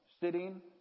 sitting